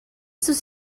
sus